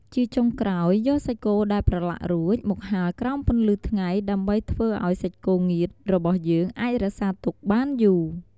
ជាចុងក្រោយយកសាច់គោដែលប្រឡាក់រួចមកហាលក្រោមពន្លឺថ្ងៃដើម្បីធ្វើឲ្យសាច់គោងៀតរបស់យើងអាចរក្សាទុកបានយូរ។